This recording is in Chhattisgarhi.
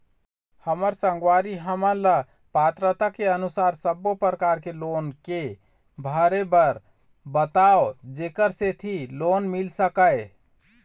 हमर संगवारी हमन ला पात्रता के अनुसार सब्बो प्रकार के लोन के भरे बर बताव जेकर सेंथी लोन मिल सकाए?